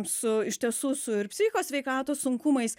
su iš tiesų su ir psichikos sveikatos sunkumais